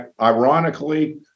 Ironically